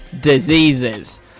diseases